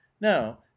now